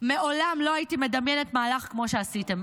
מעולם לא הייתי מדמיינת מהלך כמו שעשיתם.